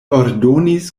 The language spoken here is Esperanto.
ordonis